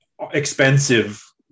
expensive